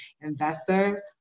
investor